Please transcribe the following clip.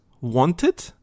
Wanted